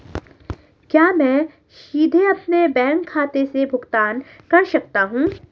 क्या मैं सीधे अपने बैंक खाते से भुगतान कर सकता हूं?